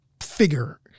figure